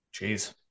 Jeez